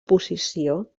posició